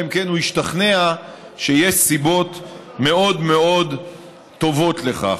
אם כן הוא השתכנע שיש סיבות מאוד מאוד טובות לכך.